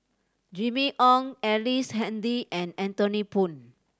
Jimmy Ong Ellice Handy and Anthony Poon